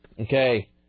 Okay